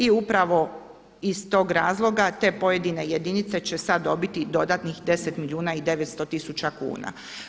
I upravo iz tog razloga te pojedine jedinice će sada dobiti dodatnih 10 milijuna i 900 tisuća kuna.